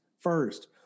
First